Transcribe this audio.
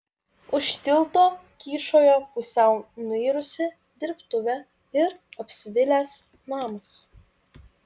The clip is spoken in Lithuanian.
už tilto kyšojo pusiau nuirusi dirbtuvė ir apsvilęs namas